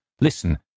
Listen